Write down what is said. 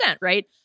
right